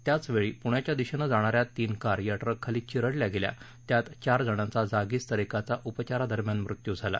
त्याच वेळी पुण्याच्या दिशेनं जाणाऱ्या तीन कार या ट्रक खाली चिरडल्या गेल्या त्यात चार जणांचा जागीच तर एकाचा उपचारादरम्यान मृत्यू झाला